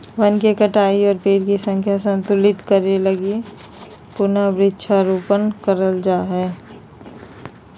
वन के कटाई और पेड़ के संख्या संतुलित करे लगी पुनः वृक्षारोपण करल जा हय